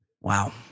Wow